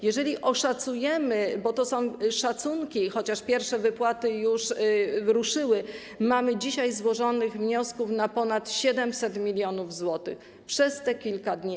Jak szacujemy, bo to są szacunki, chociaż pierwsze wypłaty już ruszyły, mamy dzisiaj złożonych wniosków na ponad 700 mln zł, przez te kilka dni.